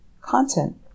content